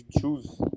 choose